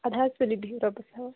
اَدٕ حظ تُلِو بیٚہو رۄبس حوالہٕ